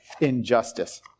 injustice